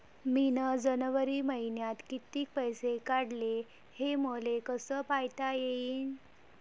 मिन जनवरी मईन्यात कितीक पैसे काढले, हे मले कस पायता येईन?